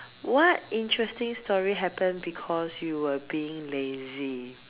what interesting story happen because you were being lazy